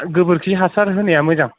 गोबोरखि हासार होनाया मोजां